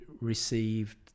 received